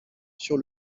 sur